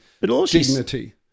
dignity